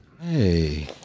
Hey